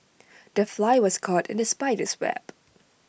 the fly was caught in the spider's web